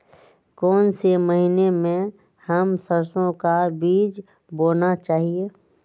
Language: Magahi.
कौन से महीने में हम सरसो का बीज बोना चाहिए?